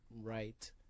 right